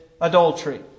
adultery